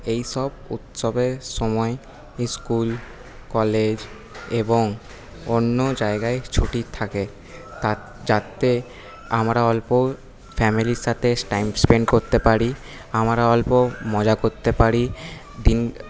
এই সব উৎসবের সময় ইস্কুল কলেজ এবং অন্য জায়গায় ছুটি থাকে যাতে আমরা অল্প ফ্যামিলির সাথে টাইম স্পেন্ড করতে পারি আমরা অল্প মজা করতে পারি দিন